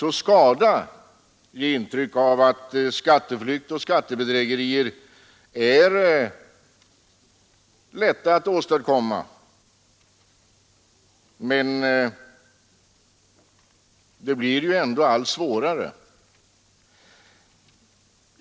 Den kan ge det intrycket att det är lätt att ordna med skatteflykt eller begå skattebedrägeri, men det blir ju ändå allt svårare att göra det.